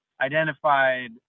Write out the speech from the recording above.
identified